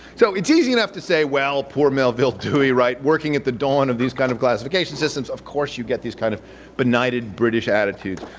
so it's easy enough to say well poor melville dewey, right? working a the dawn of these kind of classification systems of course you get these kind of benighted british attitudes.